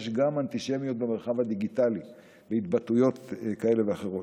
יש גם אנטישמיות במרחב הדיגיטלי והתבטאויות כאלה ואחרות.